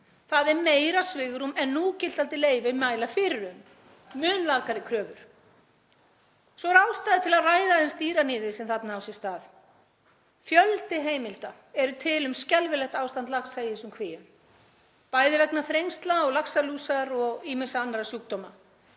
Það er meira svigrúm en núgildandi leyfi mæla fyrir um, mun lakari kröfur. Svo er ástæða til að ræða aðeins dýraníðið sem þarna á sér stað. Fjöldi heimilda eru til um skelfilegt ástand laxa í þessum kvíum, bæði vegna þrengsla og laxalúsar og ýmissa annarra sjúkdóma.